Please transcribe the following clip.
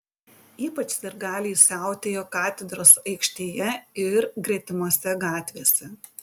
ypač sirgaliai siautėjo katedros aikštėje ir gretimose gatvėse